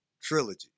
trilogy